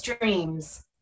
dreams